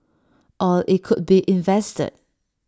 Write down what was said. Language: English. or IT could be invested